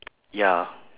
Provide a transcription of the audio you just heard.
ya